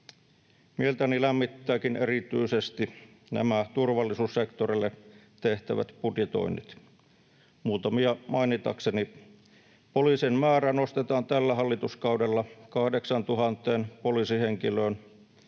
Mieltäni lämmittääkin erityisesti nämä turvallisuussektorille tehtävät budjetoinnit, muutamia mainitakseni: poliisien määrä nostetaan tällä hallituskaudella 8 000 poliisihenkilöön,